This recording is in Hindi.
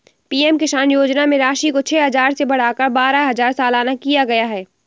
पी.एम किसान योजना में राशि को छह हजार से बढ़ाकर बारह हजार सालाना किया गया है